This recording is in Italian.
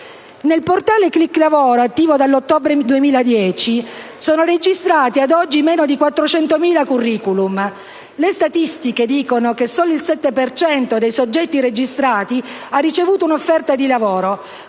Nel portale «Cliclavoro», attivo dall'ottobre 2010, sono registrati ad oggi meno di 400.000 *curriculum*. Le statistiche dicono che solo il 7 per cento dei soggetti registrati ha ricevuto un'offerta di lavoro.